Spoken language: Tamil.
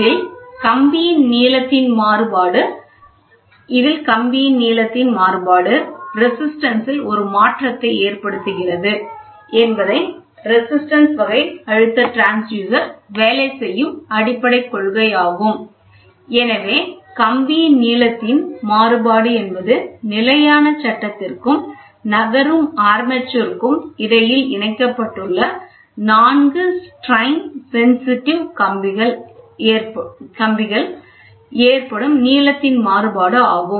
இதில் கம்பியின் நீளத்தின் மாறுபாடு ரெசிஸ்டன்ஸ் இல் ஒரு மாற்றத்தை ஏற்படுத்துகிறது என்பதை ரேசிஸ்டன்ஸ் வகை அழுத்தம் டிரான்ஸ்யூசர் வேலை செய்யும் அடிப்படைக் கொள்கை ஆகும் எனவே கம்பியின் நீளத்தின் மாறுபாடு என்பது நிலையான சட்டத்திற்கும் நகரும் ஆர்மேச்சருக்கும் இடையில் இணைக்கப்பட்டுள்ள நான்கு திரிபு உணர்திறன் கம்பிகள் ஏற்படும்நீளத்தின் மாறுபாடு ஆகும்